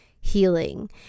healing